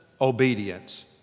obedience